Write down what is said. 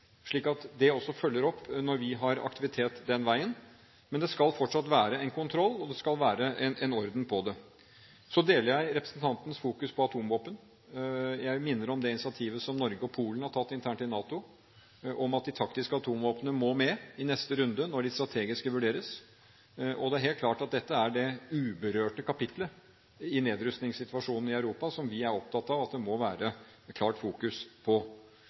slik at det også følges opp når vi har aktivitet den veien. Men det skal fortsatt være kontroll, og det skal være orden på dette. Jeg deler representantens fokusering på atomvåpen. Jeg minner om det initiativet som Norge og Polen har tatt internt i NATO, at de taktiske atomvåpnene må med i neste runde, når de strategiske vurderes. Det er helt klart at dette er det uberørte kapitlet når det gjelder nedrustningssituasjonen i Europa, som vi er opptatt av at det må være en klar fokusering på.